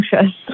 anxious